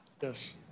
Yes